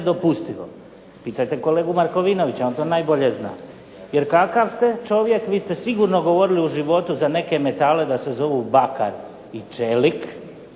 nedopustivo. Pitajte kolegu Markovinovića, on to najbolje zna. Jer kakav ste čovjek vi ste sigurno govorili u životu za neke metale da se zovu bakar i čelik,